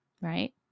Right